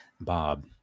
Bob